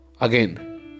again